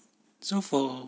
so for